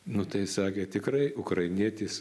nu tai sakė tikrai ukrainietis